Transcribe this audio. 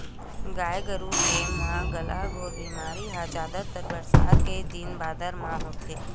गाय गरु के म गलाघोंट बेमारी ह जादातर बरसा के दिन बादर म होथे